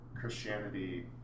Christianity